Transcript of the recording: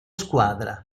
squadra